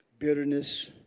Bitterness